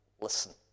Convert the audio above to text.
listen